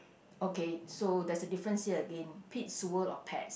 okay so there's a difference here again Pete's World of Pets